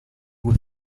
with